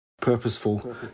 purposeful